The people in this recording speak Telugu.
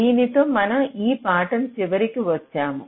దీనితో మనం ఈ పాఠం చివరికి వచ్చాము